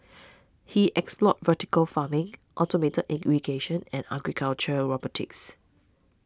he explored vertical farming automated irrigation and agricultural robotics